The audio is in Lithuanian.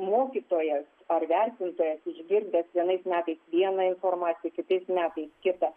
mokytojas ar vertintojas išgirdęs vienais metais vieną informaciją kitais metais kitą